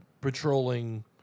patrolling